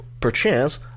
perchance